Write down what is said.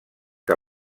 que